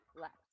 Left